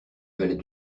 valet